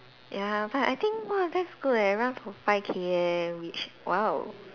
ya but I think !wah! that's good leh run for five K_M which !wow!